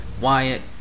Wyatt